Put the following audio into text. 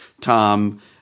Tom